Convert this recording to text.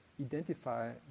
identify